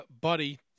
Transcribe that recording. buddy